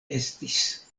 estis